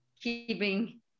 keeping